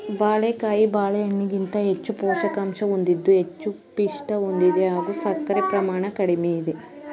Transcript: ಬಾಳೆಕಾಯಿ ಬಾಳೆಹಣ್ಣಿಗಿಂತ ಹೆಚ್ಚು ಪೋಷಕಾಂಶ ಹೊಂದಿದ್ದು ಹೆಚ್ಚು ಪಿಷ್ಟ ಹೊಂದಿದೆ ಹಾಗೂ ಸಕ್ಕರೆ ಪ್ರಮಾಣ ಕಡಿಮೆ ಇದೆ